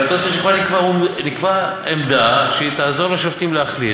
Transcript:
ואתה רוצה שכבר נקבע עמדה שתעזור לשופטים להחליט.